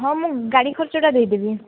ହଁ ମୁଁ ଗାଡ଼ି ଖର୍ଚ୍ଚଟା ଦେଇଦେବି